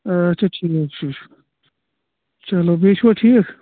اچھا ٹھیٖکھ گوٚو چھُ چلو بیٚیہِ چھُوا ٹھیٖک